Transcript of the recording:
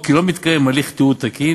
או כי לא מתקיים הליך תיעוד תקין,